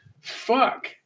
fuck